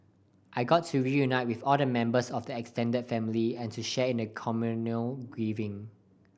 I got to reunite with all the members of the extended family and to share in the communal grieving